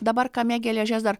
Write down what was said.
dabar kame geležies dar